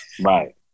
Right